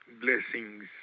blessings